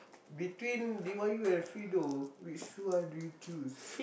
between D_Y_U and Fiido which one do you choose